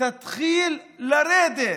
תתחיל לרדת.